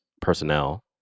personnel